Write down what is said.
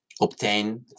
obtain